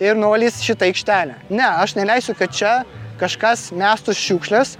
ir nuvalys šitą aikštelę ne aš neleisiu kad čia kažkas neštų šiukšles